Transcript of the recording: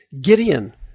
Gideon